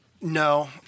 No